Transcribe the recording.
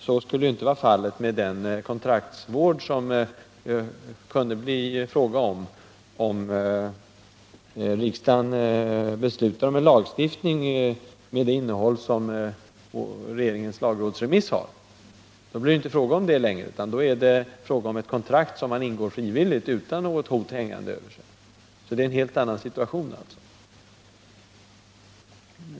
Så skulle inte vara fallet med den kontraktsvård som det kunde bli fråga om, ifall riksdagen beslutar om en lagstiftning med det innehåll som regeringens lagrådsremiss har. Då blir det fråga om ett kontrakt som man ingår frivilligt utan något hot hängande över sig — alltså en helt annan situation.